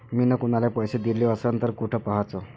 मिन कुनाले पैसे दिले असन तर कुठ पाहाचं?